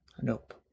Nope